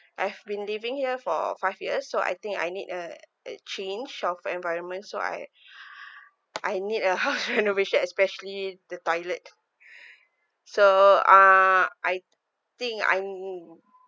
I've been living here for five years so I think I need a a change of environment so I I need a house renovation especially the toilet so uh I think